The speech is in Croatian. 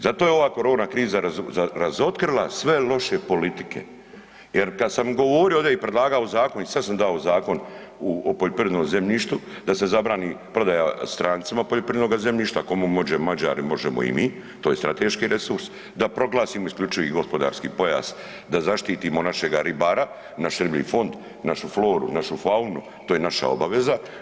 Zato je ova korona kriza razotkrila sve loše politike, jer kada sam govorio ovdje i predlagao zakon i sad sam dao zakon o poljoprivrednom zemljištu, da se zabrani prodaja strancima poljoprivrednog zemljišta ako mogu Mađari, možemo i mi, to je strateški resurs, da proglasimo isključivi gospodarski pojas, da zaštitimo našega ribara, naš riblji fond, našu floru, našu faunu to je naša obaveza.